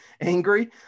angry